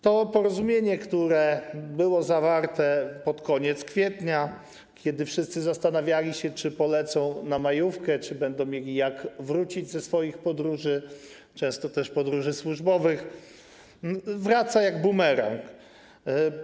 Temat tego porozumienia, które było zawarte pod koniec kwietnia, kiedy wszyscy zastanawiali się, czy polecą na majówkę, czy będą mieli jak wrócić ze swoich podróży, często też podróży służbowych, wraca jak bumerang.